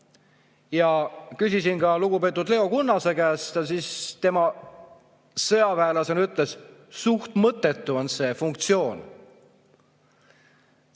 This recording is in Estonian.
Küsisin ka lugupeetud Leo Kunnase käest. Tema sõjaväelasena ütles, et suht mõttetu on see funktsioon.